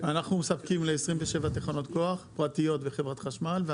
אנחנו מספקים ל-27 תחנות כוח פרטיות וחברת חשמל.